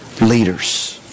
leaders